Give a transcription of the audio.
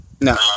No